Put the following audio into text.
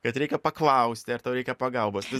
kad reikia paklausti ar tau reikia pagalbos vis